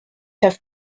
have